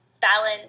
Balin